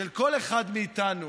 של כל אחד מאיתנו